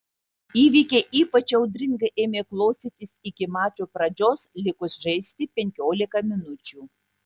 įvykiai ypač audringai ėmė klostytis iki mačo pradžios likus žaisti penkiolika minučių